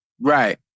Right